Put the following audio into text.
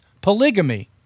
polygamy